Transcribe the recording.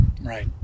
Right